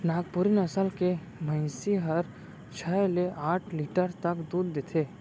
नागपुरी नसल के भईंसी हर छै ले आठ लीटर तक दूद देथे